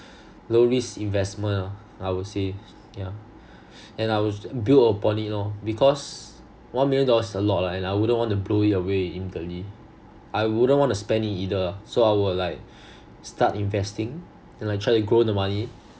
low risk investment ah I would say yeah and I will build upon it lor because one million dollars is a lot lah and I wouldn't wanna blow it away immediately I wouldn't wanna spend it either so I would like start investing and like try to grow the money